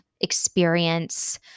experience